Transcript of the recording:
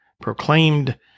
proclaimed